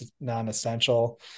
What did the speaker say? non-essential